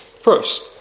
first